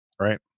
Right